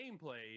gameplay